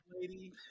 Lady